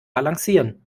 balancieren